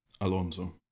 alonso